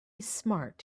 smart